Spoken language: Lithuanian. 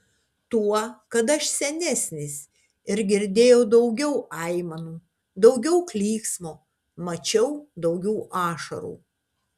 tuo kad aš senesnis ir girdėjau daugiau aimanų daugiau klyksmo mačiau daugiau ašarų